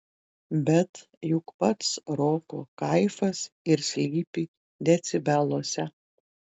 bet juk pats roko kaifas ir slypi decibeluose